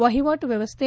ವಹಿವಾಟು ವ್ಯವಸ್ಥೆ